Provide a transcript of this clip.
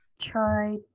try